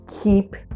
keep